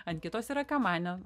ant kitos yra kamanė